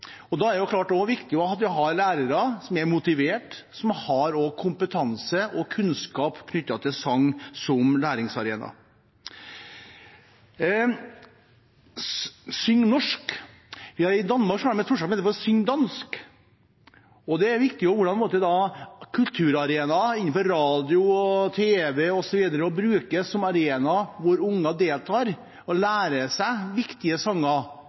og motivasjonsarena for barn og unge. Derfor er sang viktig språkopplæring som vi må ta på alvor. Da er det viktig at vi har lærere som er motivert, og som har kompetanse og kunnskap knyttet til sang som læringsarena. I Danmark har de et syng dansk-prosjekt. Det er viktig at kulturarenaer som radio og tv osv. brukes som en arena der unge deltar og lærer seg viktige sanger